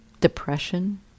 Depression